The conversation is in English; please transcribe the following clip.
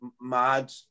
mad